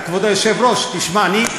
כבוד היושב-ראש, תשמע, אני,